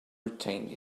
retained